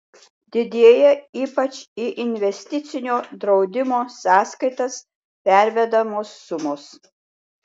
didėja ypač į investicinio draudimo sąskaitas pervedamos sumos